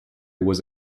was